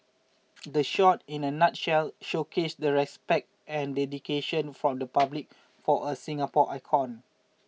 the shot in a nutshell showcased the respect and dedication from the public for a Singapore icon